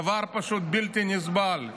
דבר פשוט בלתי נסבל.